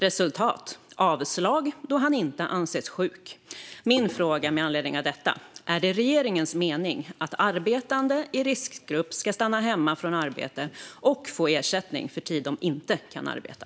Resultat: avslag, då han inte ansetts sjuk. Min fråga är, med anledning av detta: Är det regeringens mening att arbetande i riskgrupp ska stanna hemma från arbete och få ersättning för tid de inte kan arbeta?